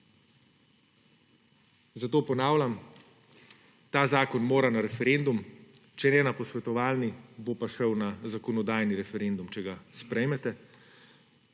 Zato ponavljam, ta zakon mora na referendum, če ne na posvetovalni, bo pa šel na zakonodajni referendum, če ga sprejmete